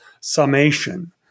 summation